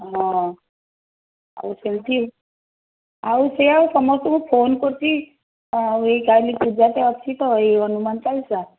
ହଁ ଆଉ ସେମିତି ଆଉ ସେଇଆ ଆଉ ସମସ୍ତଙ୍କୁ ଫୋନ୍ କରୁଛି ଆଉ ଏଇ କାଲି ପୂଜାଟା ଅଛି ତ ଏଇ ହନୁମାନ ଚାଳିଶା